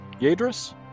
Yadris